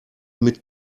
mit